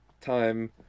time